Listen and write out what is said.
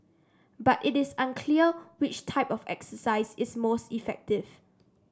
but it is unclear which type of exercise is most effective